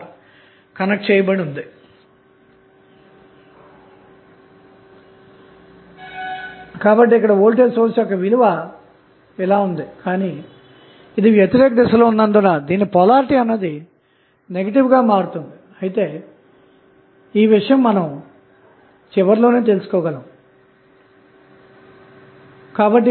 అందువలన VTh404010 120v0 192V లభించింది కాబట్టి ఇప్పుడు VTh మరియు RThవిలువలు పొందాము కాబట్టి పవర్ విలువ pVTh24RTh 1922481031